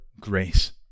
grace